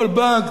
כל בנק,